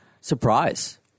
surprise